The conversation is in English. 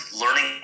learning